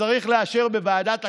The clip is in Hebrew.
שצריך לאשר בוועדת הכספים,